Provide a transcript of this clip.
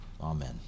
Amen